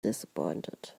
disappointed